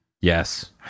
Yes